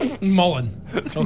Mullen